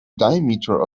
diameter